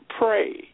pray